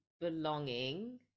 belonging